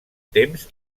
temps